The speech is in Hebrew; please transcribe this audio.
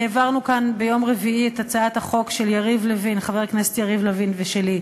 העברנו כאן ביום רביעי את הצעת החוק של חבר הכנסת יריב לוין ושלי,